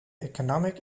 economic